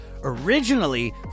originally